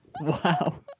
Wow